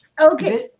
okay